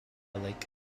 lake